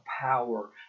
power